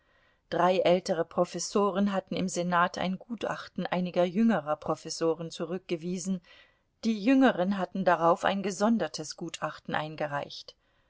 drei ältere professoren hatten im senat ein gutachten einiger jüngerer professoren zurückgewiesen die jüngeren hatten darauf ein gesondertes gutachten eingereicht